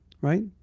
right